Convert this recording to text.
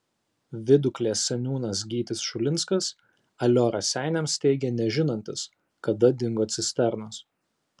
viduklės seniūnas gytis šulinskas alio raseiniams teigė nežinantis kada dingo cisternos